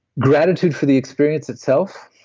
gratitude for the experience itself,